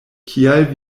kial